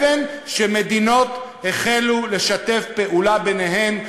שמדינות החלו לשתף פעולה ביניהן,